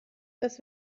dass